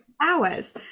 hours